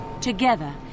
Together